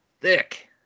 thick